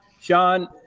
Sean